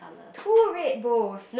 two red bowls